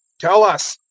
tell us,